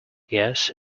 yes